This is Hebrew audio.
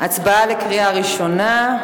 בקריאה ראשונה.